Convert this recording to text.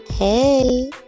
Hey